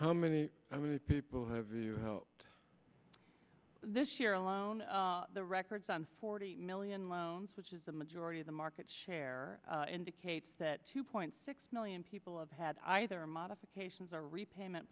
people and how many people have you helped this year alone the records on forty million loans which is the majority of the market share indicates that two point six million people have had either modifications or repayment